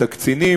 את הקצינים,